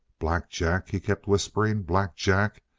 black jack, he kept whispering. black jack!